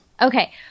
Okay